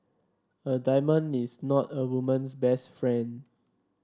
a diamond is not a woman's best friend